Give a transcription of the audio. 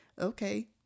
okay